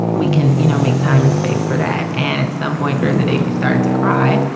we can, you know, make time and space for that. and at some point during the day, she started to cry.